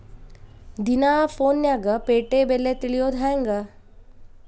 ದಿನಾ ಫೋನ್ಯಾಗ್ ಪೇಟೆ ಬೆಲೆ ತಿಳಿಯೋದ್ ಹೆಂಗ್?